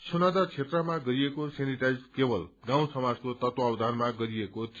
सुनादह क्षेत्रमा गरिएको सेनिटाइज केवल गाँउ समाजको तत्वावधानमा गरिएको थियो